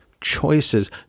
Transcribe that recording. choices